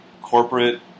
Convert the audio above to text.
corporate